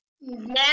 Now